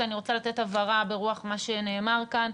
אני רוצה לתת הבהרה ברוח מה שנאמר כאן,